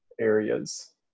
areas